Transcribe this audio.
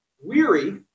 weary